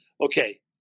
okay